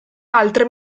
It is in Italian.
altre